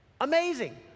Amazing